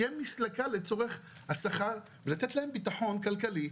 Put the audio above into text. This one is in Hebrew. שיהיה מסלקה לצורך השכר לתת להם ביטחון כלכלי.